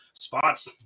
spots